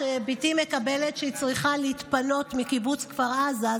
כשבתי מקבלת הודעה שהיא צריכה להתפנות מקיבוץ כפר עזה,